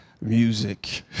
music